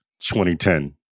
2010